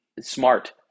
smart